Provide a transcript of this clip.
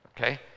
okay